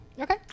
Okay